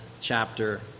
chapter